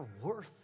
worth